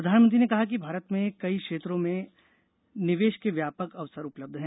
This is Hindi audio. प्रधानमंत्री ने कहा कि भारत में कई क्षेत्रों में निवेश के व्यापक अवसर उपलब्ध हैं